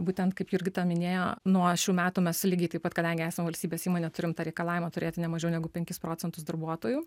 būtent kaip jurgita minėjo nuo šių metų mes lygiai taip pat kadangi esam valstybės įmonė turim tą reikalavimą turėti ne mažiau negu penkis procentus darbuotojų